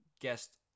guest